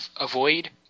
avoid